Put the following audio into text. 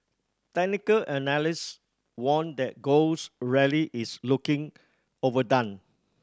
technical analyst warned that gold's rally is looking overdone